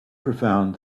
profound